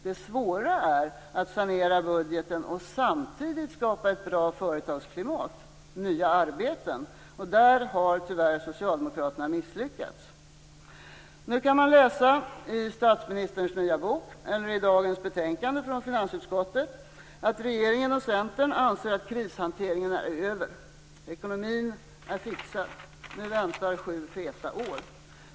Det svåra är att sanera budgeten och samtidigt skapa bra företagsklimat och nya arbeten. Där har tyvärr Socialdemokraterna misslyckats. Nu kan man läsa - i statsministerns nya bok eller i dagens betänkande från finansutskottet - att regeringen och Centern anser att krishanteringen är över. Ekonomin är fixad. Nu väntar sju feta år.